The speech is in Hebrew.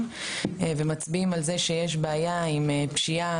מאוד ומצביעים על זה שיש בעיה עם זה שיש פשיעה